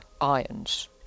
ions